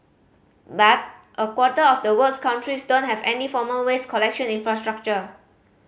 but a quarter of the world's countries don't have any formal waste collection infrastructure